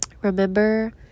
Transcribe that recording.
remember